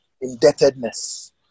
indebtedness